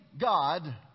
God